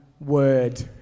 word